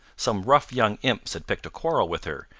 some rough young imps had picked a quarrel with her,